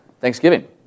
Thanksgiving